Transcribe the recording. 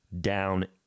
down